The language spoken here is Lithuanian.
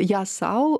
ją sau